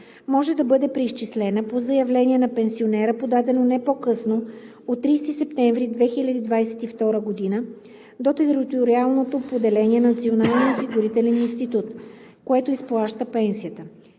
може да бъде преизчислена по заявление на пенсионера, подадено не по-късно от 30 септември 2022 г. до териториалното поделение на Националния осигурителен институт, което изплаща пенсията.